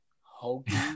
hokey